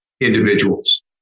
individuals